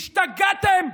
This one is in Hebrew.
השתגעתם?